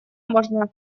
можно